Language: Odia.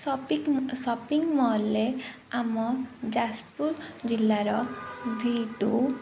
ସପିଙ୍ଗ୍ ସପିଙ୍ଗ୍ ମଲ୍ରେ ଆମ ଯାଜପୁର ଜିଲ୍ଲାର ଭି ଟୁ